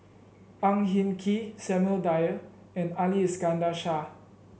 Ang Hin Kee Samuel Dyer and Ali Iskandar Shah